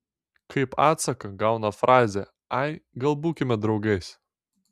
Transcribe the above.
kaip atsaką gauna frazę ai gal būkime draugais